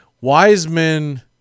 Wiseman